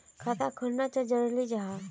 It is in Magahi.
खाता खोलना चाँ जरुरी जाहा?